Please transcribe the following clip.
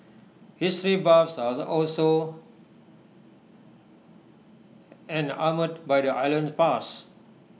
history buffs are also enamoured by the island's bus